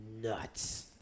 nuts